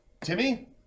Timmy